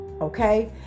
Okay